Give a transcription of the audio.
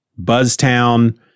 Buzztown